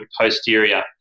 posterior